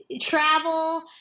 travel